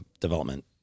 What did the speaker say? development